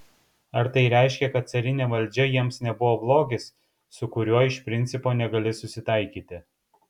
ar tai reiškia kad carinė valdžia jiems nebuvo blogis su kuriuo iš principo negali susitaikyti